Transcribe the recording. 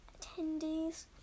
attendees